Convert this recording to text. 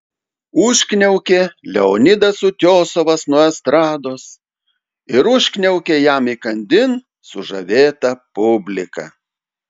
užkniaukė leonidas utiosovas nuo estrados ir užkniaukė jam įkandin sužavėta publika